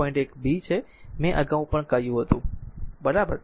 1 b છે જે મેં અગાઉ પણ કહ્યું હતું બરાબર